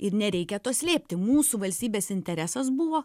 ir nereikia to slėpti mūsų valstybės interesas buvo